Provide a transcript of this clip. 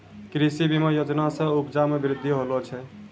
कृषि बीमा योजना से उपजा मे बृद्धि होलो छै